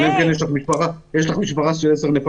אלא אם כן יש לך משפחה עם 10 נפשות.